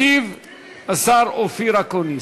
ישיב השר אופיר אקוניס.